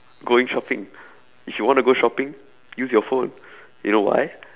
going shopping if you wanna go shopping use your phone you know why